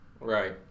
Right